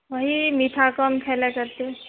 वही मीठा कम खाइले पड़तै